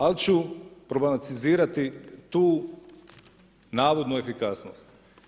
Ali ću problematizirati tu navodnu efikasnost.